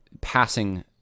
passing